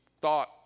thought